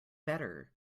better